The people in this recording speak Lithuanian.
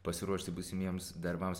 pasiruošti būsimiems darbams